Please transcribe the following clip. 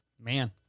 Man